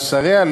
על שריה,